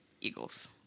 eagles